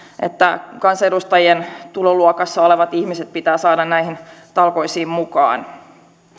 että kansanedustajien tuloluokassa olevat ihmiset pitää saada näihin talkoisiin mukaan